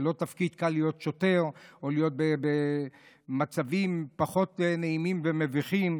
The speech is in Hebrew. זה לא תפקיד קל להיות שוטר או להיות במצבים פחות נעימים ומביכים.